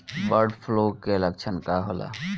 Bird flu के लक्षण का होला?